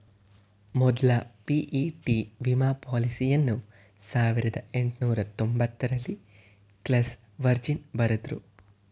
ಮೊದ್ಲ ಪಿ.ಇ.ಟಿ ವಿಮಾ ಪಾಲಿಸಿಯನ್ನ ಸಾವಿರದ ಎಂಟುನೂರ ತೊಂಬತ್ತರಲ್ಲಿ ಕ್ಲೇಸ್ ವರ್ಜಿನ್ ಬರೆದ್ರು